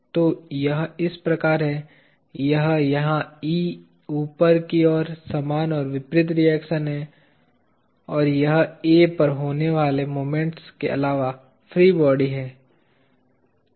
तो यह इस प्रकार है यह यहां E ऊपर की ओर समान और विपरीत रिएक्शन है और यह A पर होने वाले मोमेंट के अलावा फ्री बॉडी है